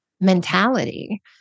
mentality